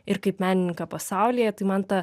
ir kaip menininką pasaulyje tai man ta